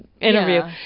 interview